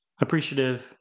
appreciative